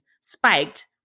spiked